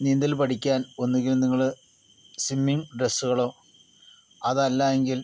നീന്തൽ പഠിക്കാൻ ഒന്നുങ്കിൽ നിങ്ങള് സ്വിമ്മിംഗ് ഡ്രസ്സുകളോ അതല്ല എങ്കിൽ